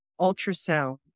ultrasound